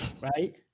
right